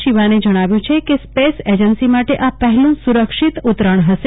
શિવાને જણાવ્યું કે space agency માટે આ પહેલું સુરક્ષિત ઉતરાણ હશે